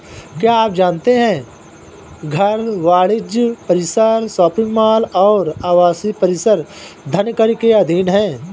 क्या आप जानते है घर, वाणिज्यिक परिसर, शॉपिंग मॉल और आवासीय परिसर धनकर के अधीन हैं?